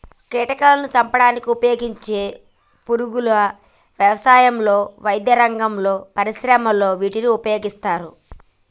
కీటకాలాను చంపడానికి ఉపయోగించే పురుగుల వ్యవసాయంలో, వైద్యరంగంలో, పరిశ్రమలలో వీటిని ఉపయోగిస్తారు